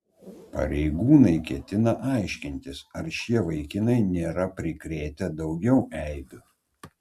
pareigūnai ketina aiškintis ar šie vaikinai nėra prikrėtę daugiau eibių